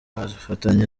bafatanya